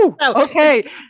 Okay